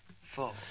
four